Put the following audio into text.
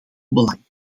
belang